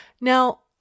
Now